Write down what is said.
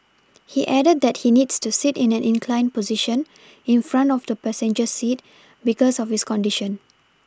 he added that he needs to sit in an inclined position in front of the passenger seat because of his condition